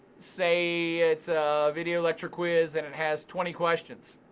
say it's a video lecture quiz and it has twenty questions.